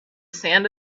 sand